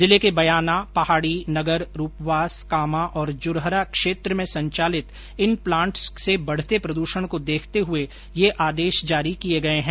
जिले के बयाना पहाड़ी नगर रूपवास कामां और जुरहरा क्षेत्र में संचालित इन प्लांट्स से बढते प्रदूषण को देखते हुए यह आदेश जारी किए गए हैं